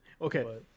Okay